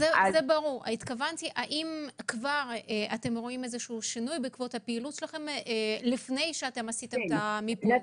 האם כבר רואים שינוי בעקבות הפעילות לפני שעשיתם את המיפוי?